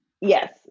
yes